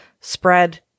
spread